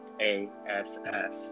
ASF